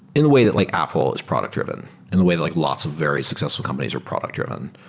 in a way that like apple is product driven, and the way like lots of very successful companies are product-driven.